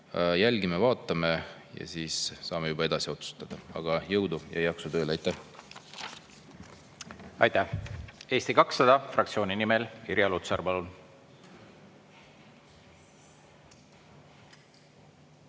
Jälgime, vaatame ja siis saame juba edasi otsustada. Aga jõudu ja jaksu tööl! Aitäh! Aitäh! Eesti 200 fraktsiooni nimel Irja Lutsar,